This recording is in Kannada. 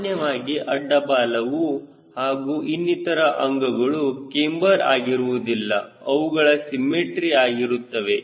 ಸಾಮಾನ್ಯವಾಗಿ ಅಡ್ಡ ಬಾಲವು ಹಾಗೂ ಇನ್ನಿತರ ಅಂಗಗಳು ಕ್ಯಾಮ್ಬರ್ ಆಗಿರುವುದಿಲ್ಲ ಅವುಗಳು ಸಿಮ್ಮೆಟ್ರಿ ಆಗಿರುತ್ತವೆ